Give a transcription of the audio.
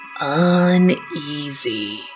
uneasy